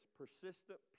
persistent